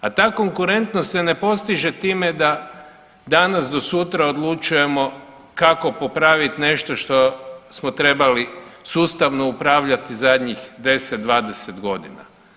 A ta konkurentnost se ne postiže time da danas do sutra odlučujemo kako popraviti nešto što smo trebali sustavno upravljati zadnjih 10, 20 godina.